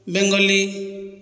Bengali